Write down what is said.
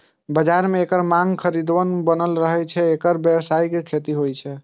बाजार मे एकर मांग सदिखन बनल रहै छै, तें एकर व्यावसायिक खेती होइ छै